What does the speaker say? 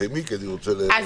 תסיימי, כי אני רוצה להתקדם.